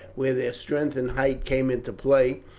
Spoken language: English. where their strength and height came into play,